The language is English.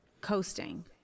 coasting